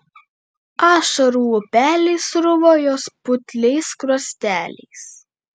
ašarų upeliai sruvo jos putliais skruosteliais